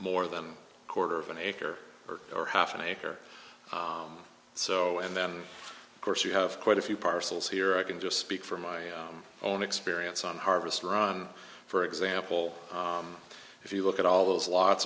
more than a quarter of an acre or half an acre so and then of course you have quite a few parcels here i can just speak from my own experience on harvest ron for example if you look at all those lots